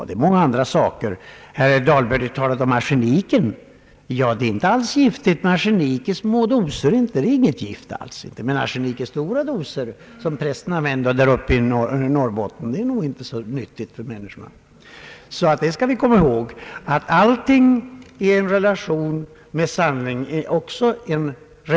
Det är fråga om återgång till naturligare förhållanden för att hälsan skall bli bättre.